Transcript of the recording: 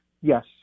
yes